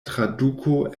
traduko